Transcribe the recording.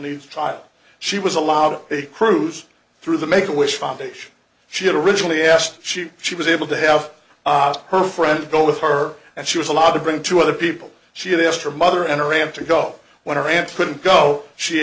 needs child she was allowed on a cruise through the make a wish foundation she had originally asked she she was able to have her friend go with her and she was allowed to bring two other people she had asked her mother and her him to go whe